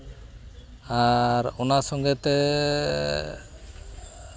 ᱟᱨ ᱚᱱᱟ ᱥᱚᱸᱜᱮ ᱛᱮ